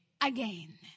again